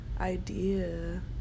idea